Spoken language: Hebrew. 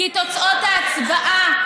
כי תוצאות ההצבעה,